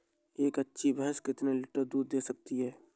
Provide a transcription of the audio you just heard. एक अच्छी भैंस कितनी लीटर दूध दे सकती है?